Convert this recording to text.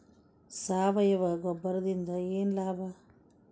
ಸಾವಯವ ಗೊಬ್ಬರದಿಂದ ಏನ್ ಲಾಭ?